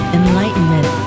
enlightenment